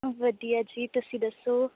ਵਧੀਆ ਜੀ ਤੁਸੀਂ ਦੱਸੋ